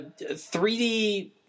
3D